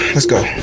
let's go.